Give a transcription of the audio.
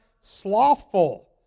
slothful